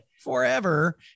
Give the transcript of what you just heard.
forever